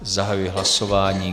Zahajuji hlasování.